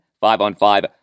five-on-five